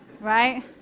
right